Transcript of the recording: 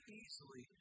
easily